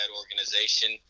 organization